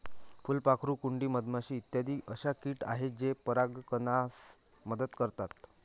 फुलपाखरू, कुंडी, मधमाशी इत्यादी अशा किट आहेत जे परागीकरणास मदत करतात